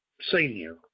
Senior